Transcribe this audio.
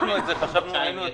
שצריכים.